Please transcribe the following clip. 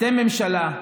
אתם ממשלה,